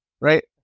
Right